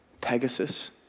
Pegasus